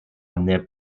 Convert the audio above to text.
année